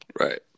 Right